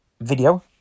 video